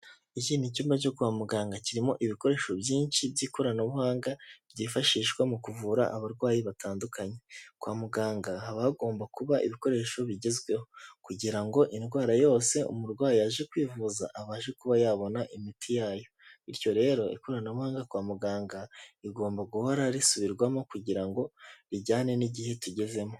Iki ni icyumba cyo kwa muganga kirimo ibikoresho byinshi by'ikoranabuhanga, ryifashishwa mu kuvura abarwayi batandukanye. Kwa muganga haba hagomba kuba ibikoresho bigezweho kugira ngo indwara yose umurwayi aje kwivuza abashe kuba yabona imiti yayo, bityo rero ikoranabuhanga kwa muganga rigomba guhora risubirwamo kugira ngo rijyane n'igihe tugezemo.